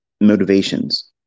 motivations